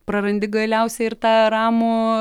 prarandi galiausiai ir tą ramų